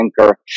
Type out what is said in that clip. Anchor